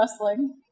wrestling